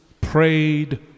prayed